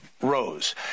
Rose